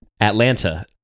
Atlanta